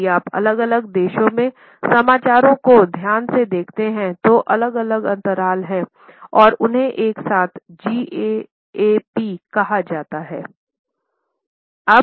यदि आप अलग अलग देशों में समाचारों को ध्यान से देखते हैं तो अलग अलग अंतराल हैं और उन्हें एक साथ GAAP कहा जाता है